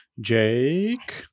Jake